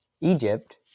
Egypt